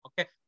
Okay